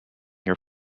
your